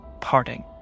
parting